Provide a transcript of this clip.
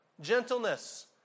gentleness